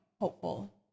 hopeful